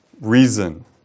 reason